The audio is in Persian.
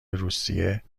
روسیه